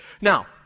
Now